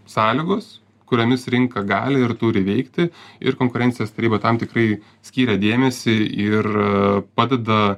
sąlygos kuriomis rinka gali ir turi veikti ir konkurencijos taryba tam tikrai skyrė dėmesį ir padeda